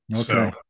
Okay